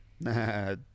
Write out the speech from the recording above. Nah